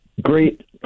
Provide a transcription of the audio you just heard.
Great